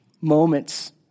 moments